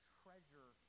treasure